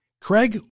Craig